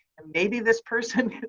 and maybe this person,